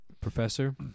Professor